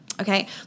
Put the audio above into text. okay